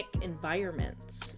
environments